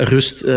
Rust